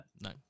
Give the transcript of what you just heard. No